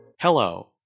Hello